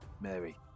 Mary